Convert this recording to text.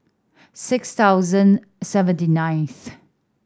six thousand seventy ninth